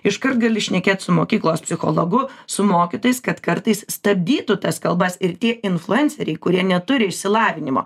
iškart gali šnekėt su mokyklos psichologu su mokytojais kad kartais stabdytų tas kalbas ir tie influenceriai kurie neturi išsilavinimo